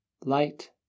Light